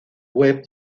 web